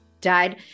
died